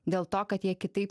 dėl to kad jie kitaip